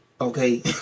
okay